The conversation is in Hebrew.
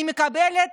אני מקבלת